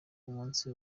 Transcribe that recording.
umunsi